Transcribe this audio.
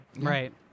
right